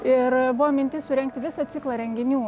ir buvo mintis surengti visą ciklą renginių